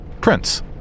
Prince